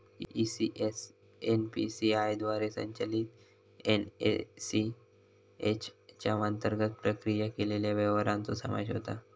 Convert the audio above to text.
ECS NPCI द्वारे संचलित NACH च्या अंतर्गत प्रक्रिया केलेल्या व्यवहारांचो समावेश होता